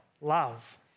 love